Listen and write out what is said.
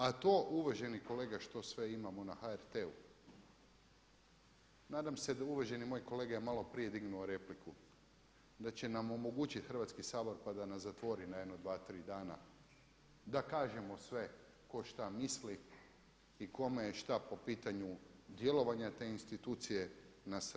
A to uvaženi kolega što sve imamo na HRT-u, nadam se da uvaženi moj kolega je malo prije dignuo repliku, da će nam omogućiti Hrvatski sabor, pa da nas zatvori na jedno dva, tri dana da kažemo sve tko šta misli i kome je šta po pitanju djelovanja te institucije na srcu.